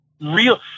real